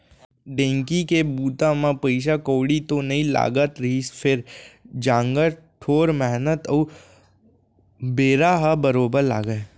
ढेंकी के बूता म पइसा कउड़ी तो नइ लागत रहिस फेर जांगर टोर मेहनत अउ बेरा ह बरोबर लागय